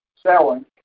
selling